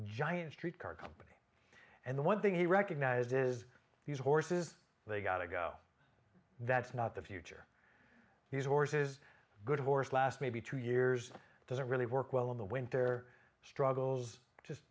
giant street car company and the one thing he recognizes these horses they got to go that's not the future these horses good horse last maybe two years doesn't really work well in the winter struggles